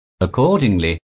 Accordingly